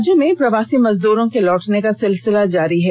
राज्य में प्रवासी मजदूरों के लौटने का सिलसिला जारी है